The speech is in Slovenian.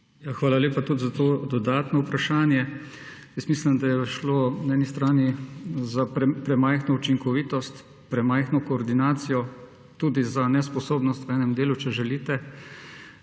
Hvala lepa tudi za to dodatno vprašanje. Jaz mislim, da je šlo na eni strani za premajhno učinkovitost, premajhno koordinacijo, tudi za nesposobnost v enem delu, če želite.